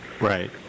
Right